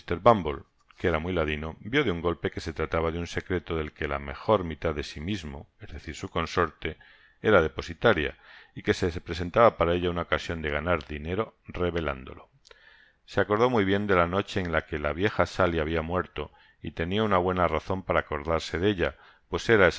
que era muy ladino vió de un golpe que se trataba de un secreto del que la mejor mitad de si mismo es decir su consorte era depositaria y que se presentaba para ella una ocasion de ganar dinero revelándolo se acordó muy bien de la noche en que la vieja sally habia muerto y tenia una buena razon para acordarse de ella pues era